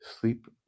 Sleep